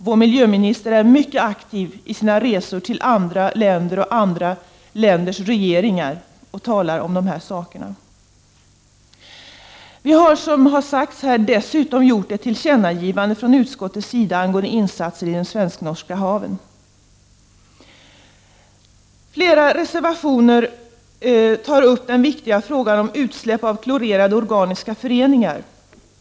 Vår miljöminister är mycket aktiv under sina resor till andra länder och till andra länders regeringar. Som framhållits här i dag har utskottet dessutom gjort ett tillkännagivande angående insatser i de svensk-norska haven. I flera reservationer tas den viktiga frågan om utsläpp av klorerade organiska föroreningar upp.